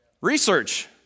Research